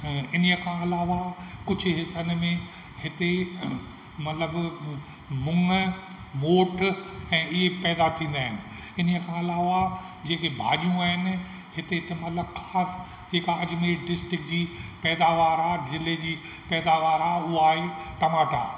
ऐं इन्हीअ खां अलावा कुझु हिसनि में हिते मतलबु मुङ ॻोठ ऐं इहे पैदा थींदा आहिनि इन्हीअ खां अलावा जेके भाॼियूं आहिनि हिते त मतलबु ख़ासि जेका अजमेर डिस्ट्र्किट जी पैदावार आहे ज़िले जी पैदावार आहे हा आहे टमाटा